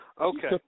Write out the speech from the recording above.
Okay